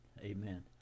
amen